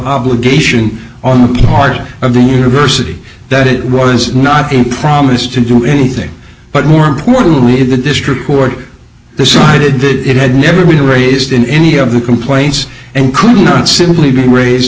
obligation on the part of the university that it was not a promise to do anything but more importantly in the district court decided that it had never been raised in any of the complaints and could not simply be raised